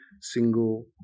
single